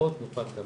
ותמיכות נוכל גם